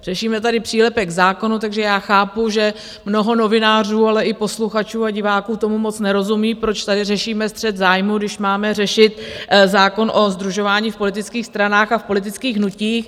Řešíme tady přílepek k zákonu, takže chápu, že mnoho novinářů, ale i posluchačů a diváků tomu moc nerozumí, proč tady řešíme střet zájmů, když máme řešit zákon o sdružování v politických stranách a v politických hnutích.